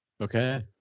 okay